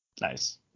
Nice